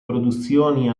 produzioni